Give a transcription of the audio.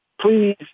please